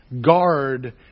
guard